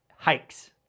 hikes